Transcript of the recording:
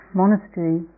monastery